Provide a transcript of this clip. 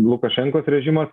lukašenkos režimas